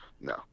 No